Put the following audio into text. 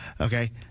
Okay